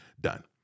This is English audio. done